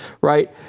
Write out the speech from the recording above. Right